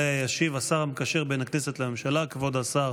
ועליה ישיב השר המקשר בין הכנסת לממשלה כבוד השר